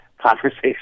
conversation